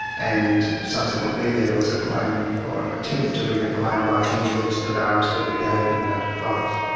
and subsequently there was a claim, or an attempt to bring a claim by him against the barrister who gave him that advice.